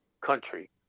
country